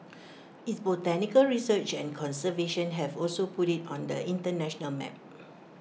its botanical research and conservation have also put IT on the International map